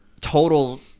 total